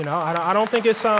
and i don't think it's so